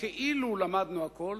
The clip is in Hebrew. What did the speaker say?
כאילו למדנו הכול,